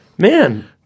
Man